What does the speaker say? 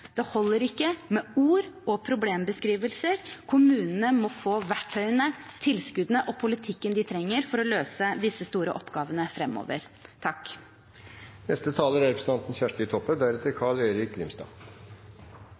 Det holder ikke med ord og problembeskrivelser. Kommunene må få verktøyene, tilskuddene og politikken de trenger, for å løse disse store oppgavene framover. Takk